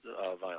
violence